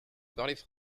parlaient